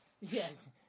Yes